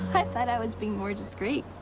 i thought i was being more discreet.